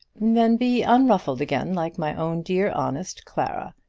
then be unruffled again, like my own dear, honest clara.